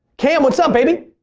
cam what's up, baby?